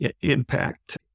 impact